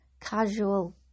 casual